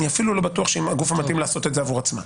אני אפילו לא בטוח שהיא הגוף המתאים לעשות את זה עבור עצמה.